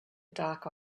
dark